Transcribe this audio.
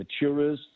maturers